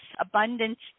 abundance